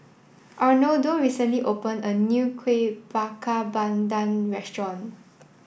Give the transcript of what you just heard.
Arnoldo recently opened a new Kueh Bakar Pandan restaurant